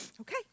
okay